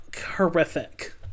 horrific